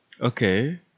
Okay